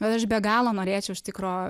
bet aš be galo norėčiau iš tikro